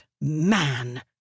man